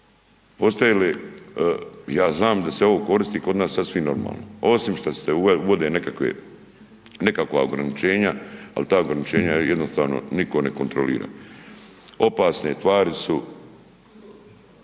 Postoje li, ja znam da se ovo koristi kod nas sasvim normalno, osim šta se uvode nekakva ograničenja, ali ta ograničenja jednostavno nitko ne kontrolira. Opasne tvari su